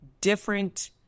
different